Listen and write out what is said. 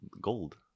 gold